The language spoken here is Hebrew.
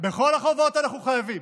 בכל החובות אנחנו חייבים,